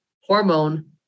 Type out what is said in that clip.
hormone